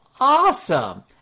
awesome